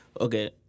Okay